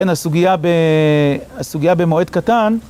כן, הסוגיה ב... הסוגיה במועד קטן.